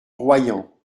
royans